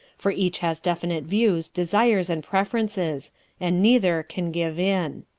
for each has definite views, desires and preferences and neither can give in.